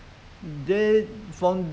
that I mean they really